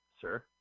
sir